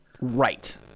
Right